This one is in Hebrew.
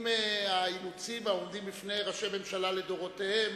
ואני לא בטוח אם האילוצים העומדים בפני ראשי הממשלה לדורותיהם